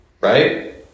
right